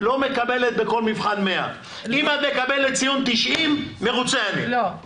לא מקבלת בכל מבחן 100. אם את מקבלת ציון 90,